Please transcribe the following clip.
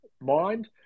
mind